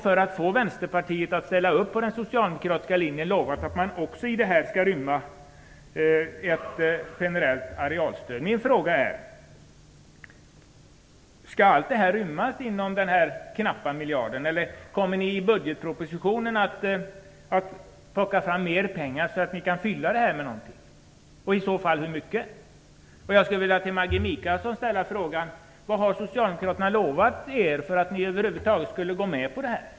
För att få Vänsterpartiet att ställa upp på den socialdemokratiska linjen har man lovat att det också skall bli ett generellt arealstöd. Min fråga är: Skall allt detta rymmas inom denna knappa miljard? Eller kommer ni i budgetpropositionen att plocka fram mer pengar? I så fall hur mycket? Till Maggi Mikaelsson skulle jag vilja ställa frågan: Vad har Socialdemokraterna lovat er för att ni skulle gå med på detta?